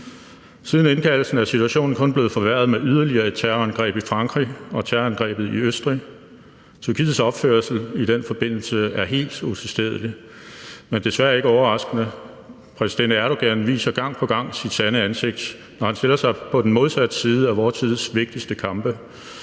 Siden indkaldelsen er situationen kun blevet forværret med yderligere et terrorangreb i Frankrig og terrorangrebet i Østrig. Tyrkiets opførsel i den forbindelse er helt utilstedelig, men desværre ikke overraskende. Præsident Erdogan viser gang på gang sit sande ansigt, når han stiller sig på den modsatte side af vor tids vigtigste kampe: